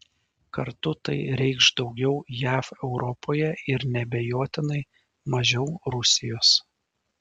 kartu tai reikš daugiau jav europoje ir neabejotinai mažiau rusijos